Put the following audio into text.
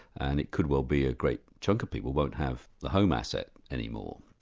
and it could well be a great chunk of people won't have the home asset any more.